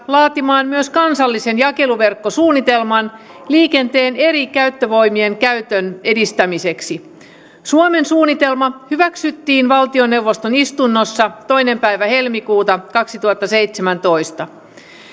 laatimaan myös kansallisen jakeluverkkosuunnitelman liikenteen eri käyttövoimien käytön edistämiseksi suomen suunnitelma hyväksyttiin valtioneuvoston istunnossa toinen päivä helmikuuta kaksituhattaseitsemäntoista